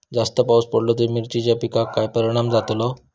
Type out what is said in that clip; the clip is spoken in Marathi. जास्त पाऊस पडलो तर मिरचीच्या पिकार काय परणाम जतालो?